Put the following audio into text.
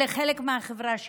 הם חלק מהחברה שלנו.